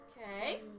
Okay